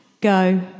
go